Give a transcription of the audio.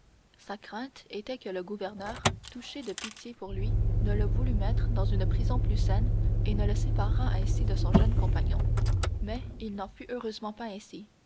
sa crainte était que le gouverneur touché de pitié pour lui ne le voulût mettre dans une prison plus saine et ne le séparât ainsi de son jeune compagnon mais il n'en fut heureusement pas ainsi